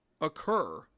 occur